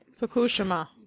Fukushima